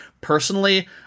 Personally